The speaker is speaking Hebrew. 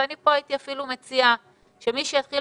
ואני כאן אפילו הייתי מציעה שמי שיתחיל